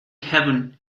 heaven